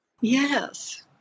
Yes